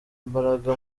imbaraga